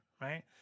right